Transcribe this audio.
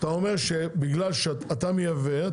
אתה אומר שבגלל שאתה מייבא,